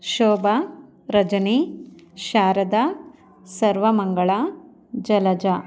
Shobha Rajani Sharada Sarvamangala Jalaja